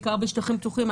בעיקר בשטחים פתוחים.